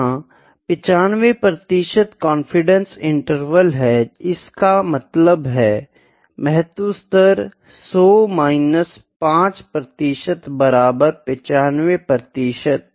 यहां 95 प्रतिशत confidence interval है इसका मतलब है महत्व स्तर 100 माइनस 5 प्रतिशत बराबर है 95 प्रतिशत